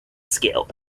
skill